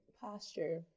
Posture